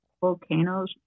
Volcanoes